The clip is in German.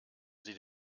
sie